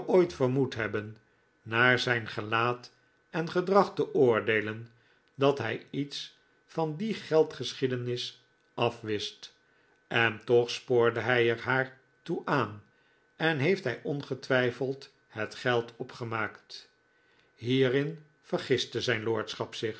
ooit vermoed hebben naar zijn gelaat en gedrag te oordeelen dat hij iets van die geldgeschiedenis af wist en toch spoorde hij er haar toe aan en heeft hij ongetwijfeld het geld opgemaakt hierin vergiste zijn lordschap zich